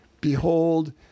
Behold